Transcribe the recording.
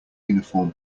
uniform